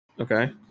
Okay